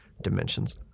dimensions